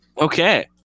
Okay